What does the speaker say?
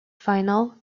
final